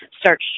start